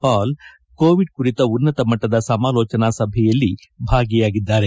Pal Covid ಕುರಿತ ಉನ್ನತಮಟ್ಟದ ಸಮಾಲೋಜನಾ ಸಭೆಯಲ್ಲಿ ಭಾಗಿಯಾಗಿದ್ದಾರೆ